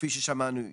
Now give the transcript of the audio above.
כפי ששמענו,